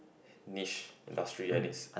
niche industry and it's